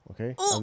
Okay